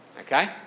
okay